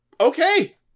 okay